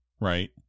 right